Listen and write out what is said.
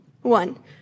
One